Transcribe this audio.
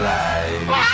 life